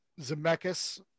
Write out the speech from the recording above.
Zemeckis